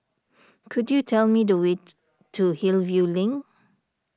could you tell me the way to Hillview Link